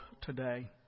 today